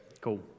cool